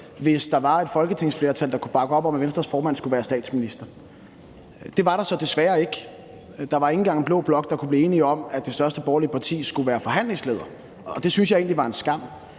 hvis der var et folketingsflertal, der kunne bakke op om, at Venstres formand skulle være statsminister. Det var der så desværre ikke. Der var ikke engang en blå blok, der kunne blive enige om, at det største borgerlige parti skulle være forhandlingsleder, og det synes jeg egentlig var en skam.